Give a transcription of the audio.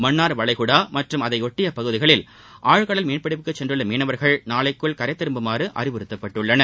மன்னார் வளைகுடா மற்றும் அதையொட்டிய பகுதிகளில் ஆழ்கடல் மீன்பிடிப்புக்குச் சென்றுள்ள மீனவர்கள் நாளைக்குள் கரை திரும்புமாறு அறிவுறுத்தப்பட்டுள்ளனர்